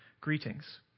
greetings